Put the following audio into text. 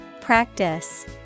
Practice